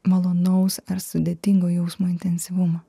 malonaus ar sudėtingo jausmo intensyvumą